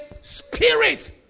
spirit